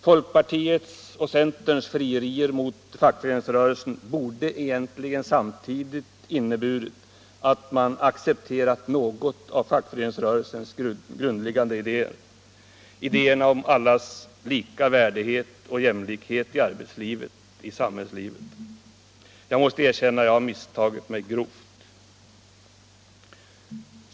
Folkpartiets och 20 maj 1975 centerns frierier till fackföreningsrörelsen borde egentligen samtidigt inneburit att man accepterat något av fackföreningsrörelsens grundläggande Vuxenutbildningen, ideér om allas lika värdighet och jämlikhet i arbetslivet och i samhället m.m. för övrigt. Jag måste erkänna att jag misstagit mig grovt.